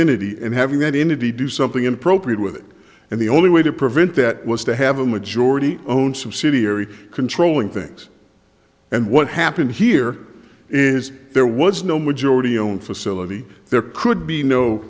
t and having that entity do something inappropriate with it and the only way to prevent that was to have a majority owned subsidiary controlling things and what happened here is there was no majority own facility there could be no